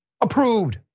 approved